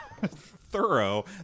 thorough